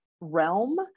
realm